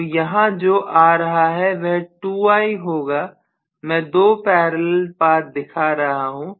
तो यहाँ जो आ रहा है वह 2I होगा मैं दो पैरेलल पाथ दिखा रहा हूँ